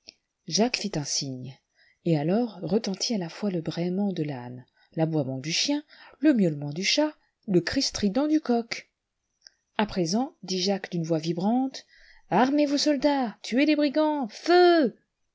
jacques fit un signe et alors retentit à la fois le braiement de l'âne laboiement du chien le miaulement du chat le cri strident du coq a présent dit jacques d'une voix vibrante armez vos soldats tuez les brigands feu